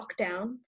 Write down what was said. lockdown